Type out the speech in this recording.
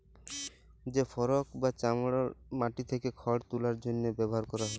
যে ফরক বা চামচ মাটি থ্যাকে খড় তুলার জ্যনহে ব্যাভার ক্যরা হয়